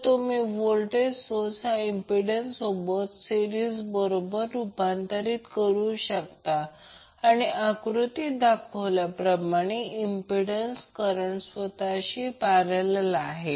तर तुम्ही voltage source हा इम्पिडंस सोबत सिरिसमध्ये रूपांतर करू शकता आणि आकृतीत दाखवल्याप्रमाणे इम्पिडंस करंट स्वतःशी पॅरलल आहे